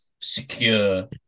secure